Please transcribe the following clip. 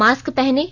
mask पहनें